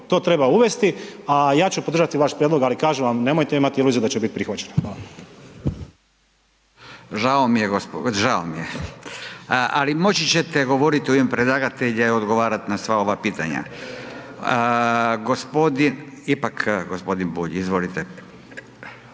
To treba uvesti. A ja ću podržati vaš prijedlog, ali kažem vam nemojte imati iluziju da će biti prihvaćeno. Hvala. **Radin, Furio (Nezavisni)** Žao mi je, žao je, ali moći ćete govoriti u ime predlagatelja i odgovarati na sva ova pitanja. Gospodin, ipak gospodin Bulj. Izvolite.